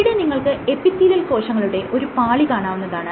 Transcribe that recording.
ഇവിടെ നിങ്ങൾക്ക് എപ്പിത്തീലിയൽ കോശങ്ങളുടെ ഒരു പാളി കാണാവുന്നതാണ്